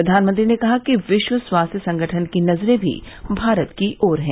प्रधानमंत्री ने कहा कि विश्व स्वास्थ्य संगठन की नजरें भी भारत की ओर हैं